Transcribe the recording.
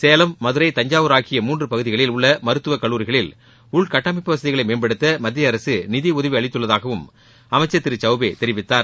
சேலம் மதுரை தஞ்சாவூர் ஆகிய மூன்று பகுதிகளில் உள்ள மருத்துவக் கல்லூரிகளில் உள்கட்டமைப்பு வசதிகளை மேம்படுத்த மத்திய அரசு நிதி உதவி அளித்துள்ளதாகவும் அமைச்சர் திரு சௌபே தெரிவித்தார்